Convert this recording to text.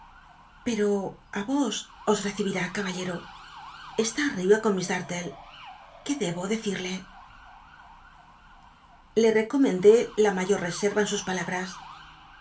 pero ti os os recibir o con miss darlle qué debo decirlc te rccomendé la mayo r reserva en sus palabras